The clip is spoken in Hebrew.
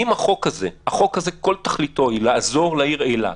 אם החוק הזה כל תכליתו היא לעזור לעיר אילת,